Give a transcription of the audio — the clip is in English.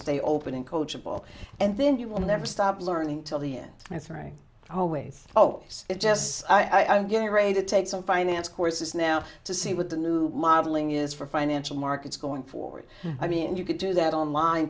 stay open and coachable and then you will never stop learning till the end that's right always oh it's just so i'm getting ready to take some finance courses now to see what the new modeling is for financial markets going forward i mean you could do that online